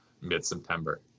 mid-September